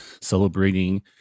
celebrating